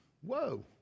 whoa